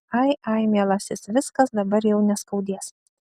ai ai mielasis viskas dabar jau neskaudės